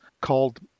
called